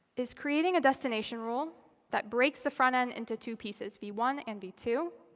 is creating a destination rule that breaks the front end into two pieces, v one and v two.